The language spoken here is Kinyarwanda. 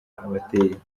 abateye